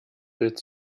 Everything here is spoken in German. bild